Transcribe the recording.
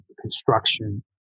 construction